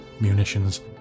munitions